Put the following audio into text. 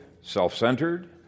self-centered